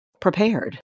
prepared